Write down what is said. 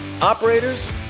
operators